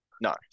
No